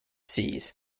seas